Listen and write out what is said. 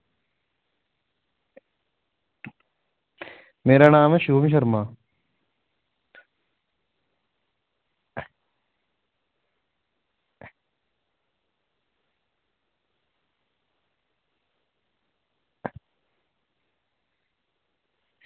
मेरा नाम ऐ शुभम शर्मा